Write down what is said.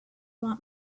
want